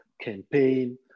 campaign